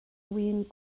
win